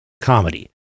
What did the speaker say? comedy